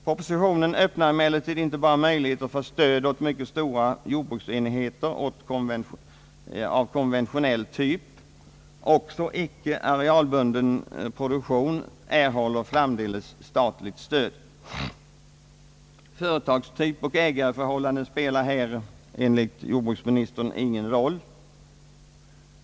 Propositionen öppnar emellertid inte bara möjligheter för stöd åt mycket stora jordbruksenheter av konventio nell typ; också icke arealbunden produktion erhåller framdeles statligt stöd. Företagstyp och ägarförhållanden spelar här, enligt jordbruksministern, ingen roll.